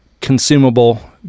consumable